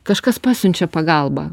kažkas pasiunčia pagalbą